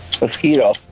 Mosquito